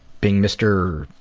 being mr.